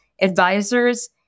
advisors